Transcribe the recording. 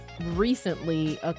recently